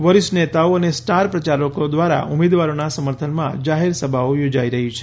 વરિષ્ઠ નેતાઓ અને સ્ટાર પ્રચારકો દ્વારા ઉમેદવારોના સમર્થનમાં જાહેર સભાઓ યોજાઇ રહી છે